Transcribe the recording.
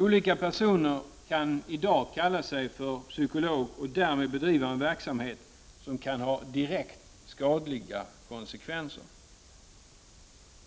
Olika personer kan i dag kalla sig psykologer och därmed bedriva en verksamhet som kan ha direkt skadliga konsekvenser.